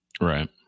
Right